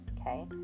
Okay